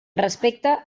respecte